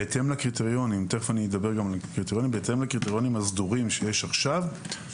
בהתאם לקריטריונים הסדורים שיש עכשיו,